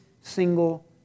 single